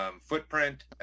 footprint